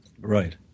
Right